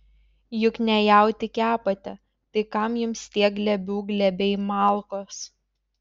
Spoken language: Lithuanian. juk ne jautį kepate tai kam jums tie glėbių glėbiai malkos